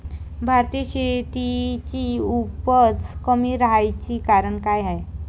भारतीय शेतीची उपज कमी राहाची कारन का हाय?